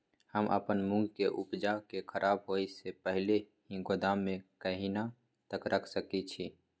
हम अपन मूंग के उपजा के खराब होय से पहिले ही गोदाम में कहिया तक रख सके छी?